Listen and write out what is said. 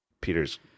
Peter's